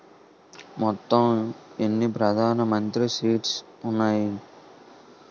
మొత్తం ఎన్ని ప్రధాన మంత్రి స్కీమ్స్ ఉన్నాయి?